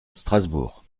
strasbourg